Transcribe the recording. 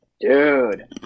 Dude